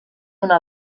una